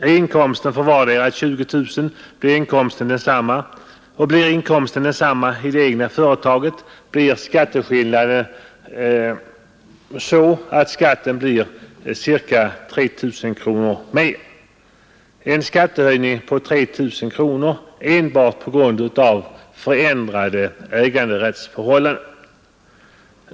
Är inkomsten för vardera 20 000 kronor och blir inkomsten densamma i det egna företaget medför skatteskillnaden att skatten uppgår till ca 3 000 kronor mer — alltså en skattehöjning på 3 000 kronor enbart på grund av ändrat ägarförhållande.